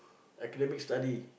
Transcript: academic study